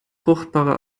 fruchtbare